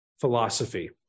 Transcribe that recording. philosophy